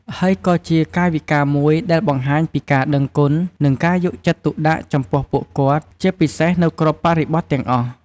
ហើយក៏ជាកាយវិការមួយដែលបង្ហាញពីការដឹងគុណ និងការយកចិត្តទុកដាក់ចំពោះពួកគាត់ ជាពិសេសនៅគ្រប់បរិបទទាំងអស់។